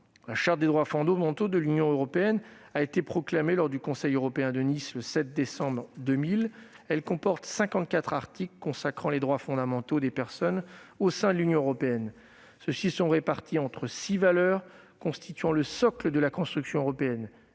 La Charte des droits fondamentaux de l'Union européenne a été proclamée lors du Conseil européen de Nice, le 7 décembre 2000. Elle comporte 54 articles consacrant les droits fondamentaux des personnes au sein de l'Union européenne, articles qui sont répartis entre les six valeurs constituant le socle de la construction européenne